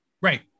Right